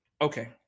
okay